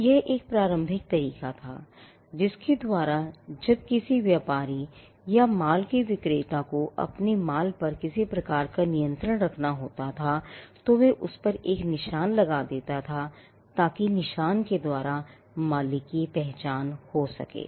तो यह एक प्रारंभिक तरीका था जिसके द्वारा जब किसी व्यापारी या माल के विक्रेता को अपने माल पर किसी प्रकार का नियंत्रण रखना होता था तो वह उस पर एक निशान लगा देता था ताकि निशान के द्वारा मालिक की पहचान हो सके